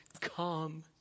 Come